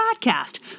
podcast